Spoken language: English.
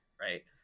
right